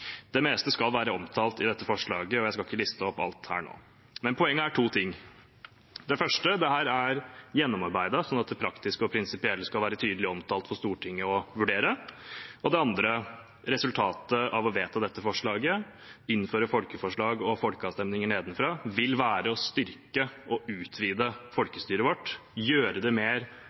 Det meste skal være omtalt i dette forslaget. Jeg skal ikke liste opp alt nå, men poenget er to ting. Det første er at dette er gjennomarbeidet, sånn at det praktiske og prinsipielle skal være tydelig omtalt for Stortinget å vurdere. Det andre er at resultatet av å vedta dette forslaget, å innføre folkeforslag og folkeavstemninger nedenifra, vil være å styrke og utvide folkestyret vårt, gjøre det mer